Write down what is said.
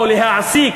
או להעסיק,